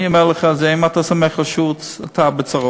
אני אומר לך, אם אתה סומך על שולץ, אתה בצרות.